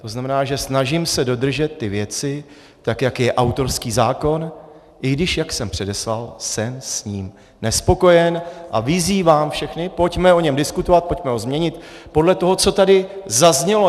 To znamená, snažím se dodržet ty věci, tak jak je autorský zákon, i když, jak jsem předeslal, jsem s ním nespokojen, a vyzývám všechny, pojďme o něm diskutovat, pojďme ho změnit podle toho, co tady zaznělo.